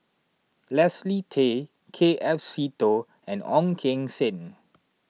Leslie Tay K F Seetoh and Ong Keng Sen